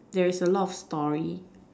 there is a lot of story